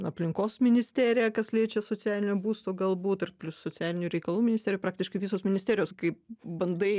aplinkos ministerija kas liečia socialinio būsto galbūt ir plius socialinių reikalų ministerija praktiškai visos ministerijos kaip bandai